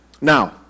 Now